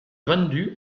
vendu